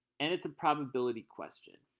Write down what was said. and it's a probability question.